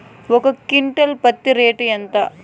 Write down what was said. ఒక క్వింటాలు పత్తి రేటు ఎంత?